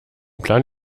plan